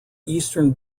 eastern